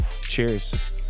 Cheers